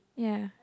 ya